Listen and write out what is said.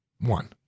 One